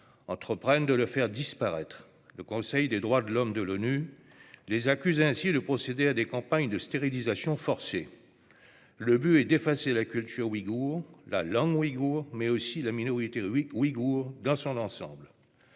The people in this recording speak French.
entreprennent de le faire disparaître. Le Conseil des droits de l'homme de l'ONU les accuse ainsi de procéder à des campagnes de stérilisation forcée. L'objectif est d'effacer la culture ouïghoure, la langue ouïghoure, mais aussi la minorité ouïghoure dans son ensemble.